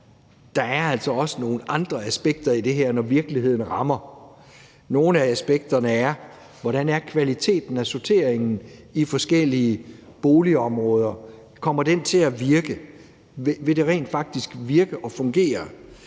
der er altså også nogle andre aspekter i det her, når virkeligheden rammer. Nogle af aspekterne er, hvordan kvaliteten af sorteringen i forskellige boligområder er. Kommer den til at virke? Vil det rent faktisk virke og fungere?